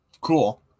Cool